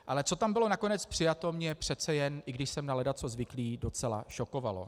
Ale co tam bylo nakonec přijato, mě přece jen, i když jsem na ledacos zvyklý, docela šokovalo.